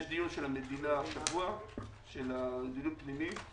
יש דיון של המדינה השבוע על מדיניות פנימית.